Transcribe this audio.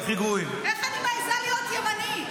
מבחינת האשכנזים אני --- אני מבחינתי,